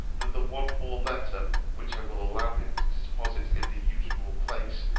that the one more letter, which i will allow him to deposit in the usual place,